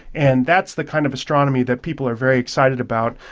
and that's the kind of astronomy that people are very excited about.